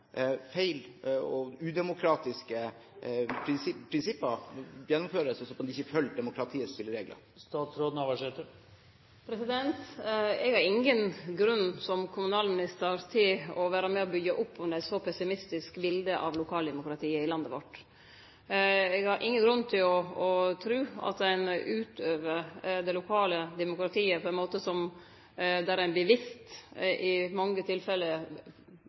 feil, og udemokratiske prinsipper gjennomføres – man følger altså ikke demokratiets spilleregler. Eg har ingen grunn som kommunalminister til å vere med og byggje opp under eit så pessimistisk bilete av lokaldemokratiet i landet vårt. Eg har ingen grunn til å tru at ein brukar det lokale demokratiet på ein slik måte at ein i mange tilfelle